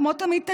כמו תמיד,